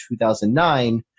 2009